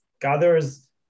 gathers